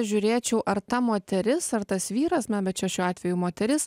žiūrėčiau ar ta moteris ar tas vyras na bet čia šiuo atveju moteris